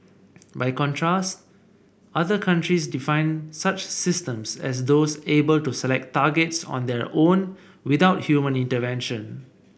by contrast other countries define such systems as those able to select targets on their own without human intervention